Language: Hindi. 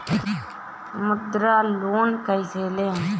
मुद्रा लोन कैसे ले?